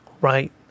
right